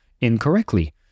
incorrectly